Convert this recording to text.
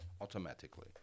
automatically